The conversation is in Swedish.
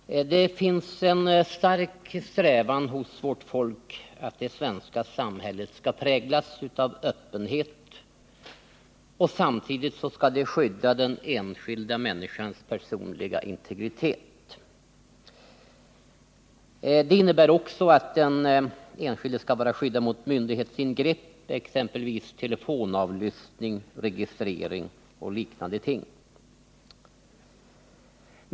Herr talman! Det finns en stark strävan hos vårt folk att det svenska samhället skall präglas av öppenhet och samtidigt skydda den enskilda människans personliga integritet. Det innebär också att den enskilde skall vara skyddad mot myndighetsingrepp, exempelvis telefonavlyssning, registrering och liknande ting.